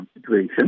situation